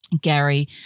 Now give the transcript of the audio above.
Gary